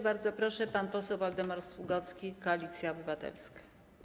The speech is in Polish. Bardzo proszę, pan poseł Waldemar Sługocki, Koalicja Obywatelska.